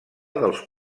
dels